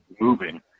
moving